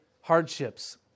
hardships